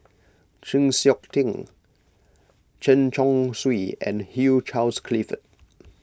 Chng Seok Tin Chen Chong Swee and Hugh Charles Clifford